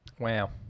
Wow